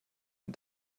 ein